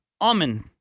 Almond